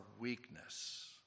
weakness